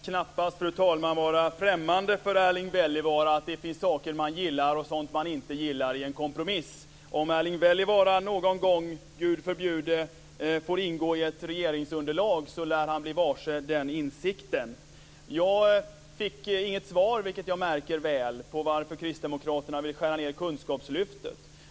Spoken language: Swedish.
Fru talman! Det kan knappast vara främmande för Erling Wälivaara att det finns saker man gillar och sådant man inte gillar i en kompromiss. Om Erling Wälivaara någon gång - vilket Gud förbjude - får ingå i ett regeringsunderlag lär han bli varse den insikten. Jag fick inget svar, vilket jag märker väl, på varför kristdemokraterna vill skära ned på Kunskapslyftet.